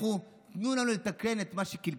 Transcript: לכו, תנו לנו לתקן את מה שקלקלתם.